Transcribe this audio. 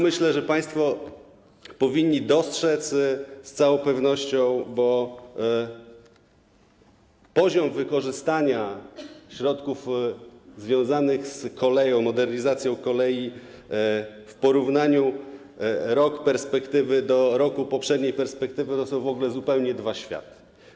Myślę, że to państwo powinni dostrzec z całą pewnością, bo poziomy wykorzystania środków związanych z koleją, modernizacją kolei, jeśli porównać rok obecnej perspektywy do roku poprzedniej perspektywy, to są w ogóle zupełnie dwa światy.